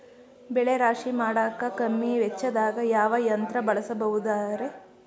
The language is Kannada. ಬೆಳೆ ರಾಶಿ ಮಾಡಾಕ ಕಮ್ಮಿ ವೆಚ್ಚದಾಗ ಯಾವ ಯಂತ್ರ ಬಳಸಬಹುದುರೇ?